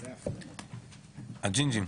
הג'ינג'ים,